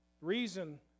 reason